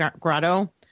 Grotto